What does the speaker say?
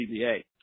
CBA